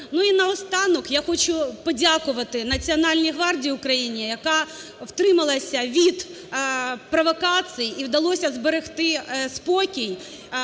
І наостанок, я хочу подякувати Національній гвардії України, яка утрималася від провокацій і вдалося зберегти спокій